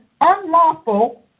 unlawful